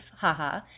haha